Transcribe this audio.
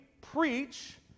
preach